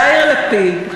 יאיר לפיד,